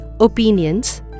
Opinions